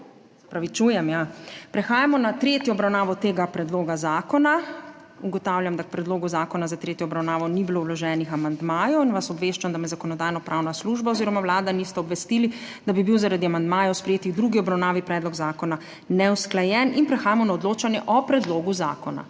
amandmaje? Ne. Prehajamo na **tretjo obravnavo** tega predloga zakona. Ugotavljam, da k predlogu zakona za tretjo obravnavo ni bilo vloženih amandmajev in vas obveščam, da me Zakonodajno-pravna služba oziroma Vlada nista obvestili, da bi bil zaradi amandmajev, sprejetih v drugi obravnavi, predlog zakona neusklajen. Prehajamo na odločanje o predlogu zakona